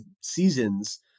seasons –